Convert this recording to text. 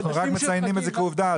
אנחנו רק מציינים את זה כעובדה.